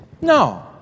no